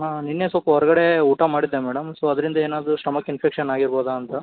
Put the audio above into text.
ಹಾಂ ನೆನ್ನೆ ಸ್ವಲ್ಪ ಹೊರಗಡೆ ಊಟ ಮಾಡಿದ್ದೆ ಮೇಡಮ್ ಸೊ ಅದರಿಂದ ಏನಾದರೂ ಸ್ಟಮಕ್ ಇನ್ಫೆಕ್ಷನ್ ಆಗಿರ್ಬೋದ ಅಂತ